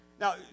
Now